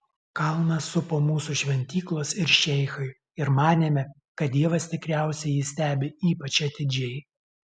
kalną supo mūsų šventyklos ir šeichai ir manėme kad dievas tikriausiai jį stebi ypač atidžiai